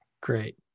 Great